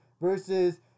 versus